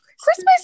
Christmas